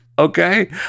Okay